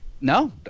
No